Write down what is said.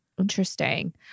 Interesting